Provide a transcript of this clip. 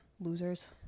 losers